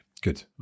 good